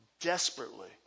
desperately